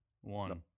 One